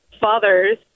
fathers